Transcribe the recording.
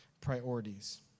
priorities